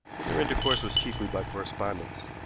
but their intercourse was chiefly by correspondence.